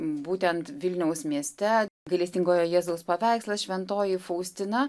būtent vilniaus mieste gailestingojo jėzaus paveikslas šventoji faustina